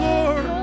Lord